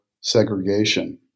segregation